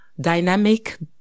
dynamic